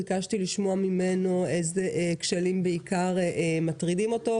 ביקשתי לשמוע ממנו אילו כשלים בעיקר מטרידים אותו.